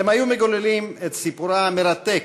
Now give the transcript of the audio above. הם היו מגוללים את סיפורה המרתק,